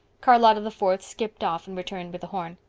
charlotta the fourth skipped off and returned with the horn.